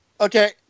okay